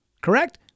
Correct